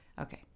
Okay